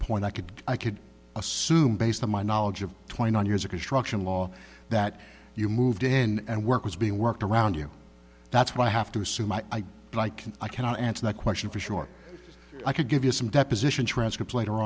point i could i could assume based on my knowledge of twenty nine years of construction law that you moved in and work was being worked around you that's why i have to assume i like i can answer that question for sure i could give you some deposition transcript later